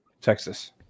Texas